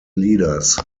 leaders